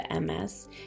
MS